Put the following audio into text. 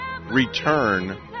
return